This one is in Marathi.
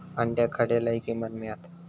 अंड्याक खडे लय किंमत मिळात?